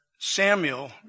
Samuel